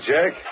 Jack